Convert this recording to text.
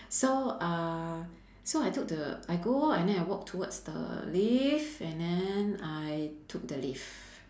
so uh so I took the I go walk and then I walk towards the lift and then I took the lift